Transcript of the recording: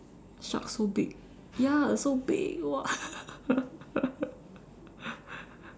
shark so big ya so big !wah!